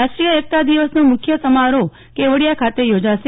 રાષ્ટ્રીય એકતા દિવસનો મુખ્ય સમારોહ કેવડીયા ખાતે યોજાશે